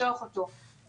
לפתוח אותו לציבור.